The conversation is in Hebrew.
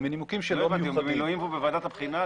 הוא במילואים והוא בוועדת הבחינה?